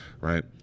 right